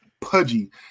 pudgy